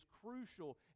crucial